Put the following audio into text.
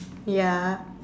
ya